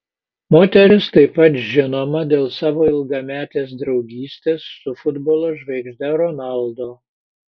moteris taip pat žinoma dėl savo ilgametės draugystės su futbolo žvaigžde ronaldo